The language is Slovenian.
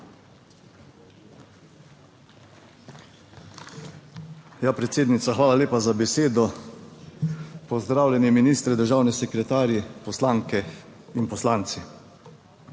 Ja, predsednica, hvala lepa za besedo. Pozdravljeni ministri, državni sekretarji, poslanke in poslanci!